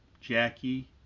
Jackie